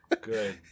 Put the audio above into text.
Good